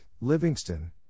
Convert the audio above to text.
Livingston